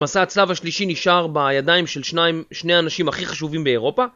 מסע הצלב השלישי נשאר בידיים של שני אנשים הכי חשובים באירופה?